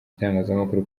itangazamakuru